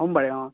সোমবাৰে অঁ